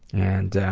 and,